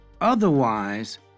Otherwise